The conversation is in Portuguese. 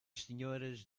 senhoras